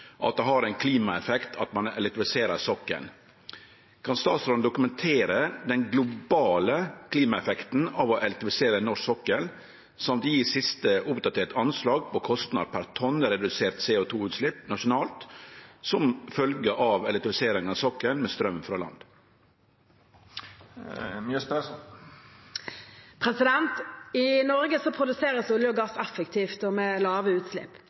at det har en klimaeffekt at man elektrifiserer sokkelen». Kan statsråden dokumentere den globale klimaeffekten av å elektrifisere norsk sokkel samt gi siste oppdaterte anslag på kostnad per tonn redusert CO 2 -utslipp nasjonalt som følge av elektrifisering av sokkelen med strøm fra land?» I Norge produseres olje og gass effektivt og med lave utslipp.